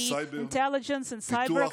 הסייבר,